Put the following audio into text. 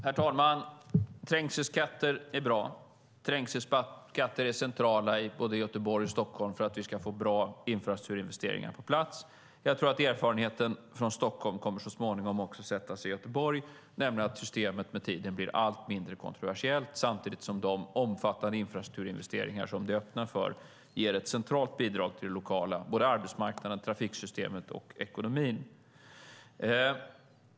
Herr talman! Trängselskatter är bra. Trängselskatter är centrala i både Göteborg och Stockholm för att vi ska få bra infrastrukturinvesteringar på plats. Jag tror att erfarenheten från Stockholm så småningom också kommer att sätta sig i Göteborg, nämligen att systemet med tiden blir allt mindre kontroversiellt samtidigt som de omfattande infrastrukturinvesteringar som det öppnar för ger ett centralt bidrag till den lokala arbetsmarknaden, det lokala trafiksystemet och den lokala ekonomin.